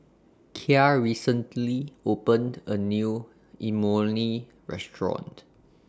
Kya recently opened A New Imoni Restaurant